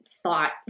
Thought